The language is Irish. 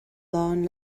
lán